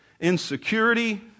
insecurity